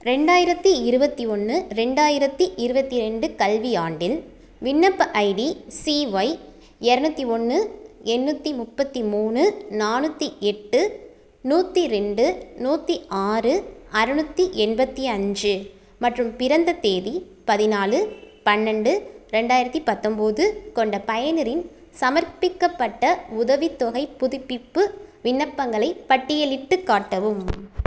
ரெண்டாயிரத்தி இருபத்தி ஒன்று ரெண்டாயிரத்தி இருபத்தி ரெண்டு கல்வியாண்டில் விண்ணப்ப ஐடி சிஒய் இரநூத்தி ஒன்று எண்ணூற்றி முப்பத்தி மூணு நானூற்றி எட்டு நூற்றி ரெண்டு நூற்றி ஆறு அறுநூத்தி எண்பத்தி அஞ்சு மற்றும் பிறந்த தேதி பதினாலு பன்னெண்டு ரெண்டாயிரத்தி பத்தம்பது கொண்ட பயனரின் சமர்ப்பிக்கப்பட்ட உதவித்தொகைப் புதுப்பிப்பு விண்ணப்பங்களைப் பட்டியலிட்டுக் காட்டவும்